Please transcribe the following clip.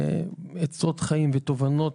אני שומע ממנו עצות לחיים ותובנות.